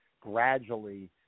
gradually